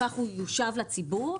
כך הוא יוחזר לציבור.